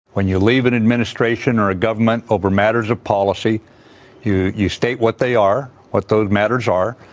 when you leave an administration or a government over matters of policy you you state what they are what those matters are.